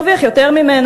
מרוויח יותר ממנה,